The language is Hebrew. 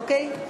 אוקיי?